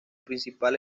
principal